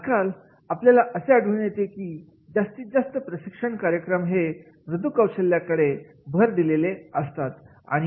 आज काल आपल्याला असे आढळून येते की जास्तीत जास्त प्रशिक्षण कार्यक्रम हे दुदु कौशल्या कडे भर दिलेले असतात